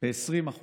ב-20%